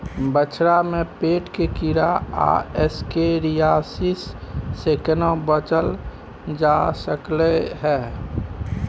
बछरा में पेट के कीरा आ एस्केरियासिस से केना बच ल जा सकलय है?